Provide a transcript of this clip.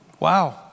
Wow